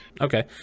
Okay